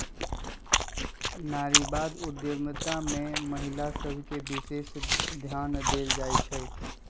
नारीवाद उद्यमिता में महिला सभ पर विशेष ध्यान देल जाइ छइ